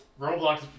Roblox